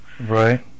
Right